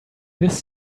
this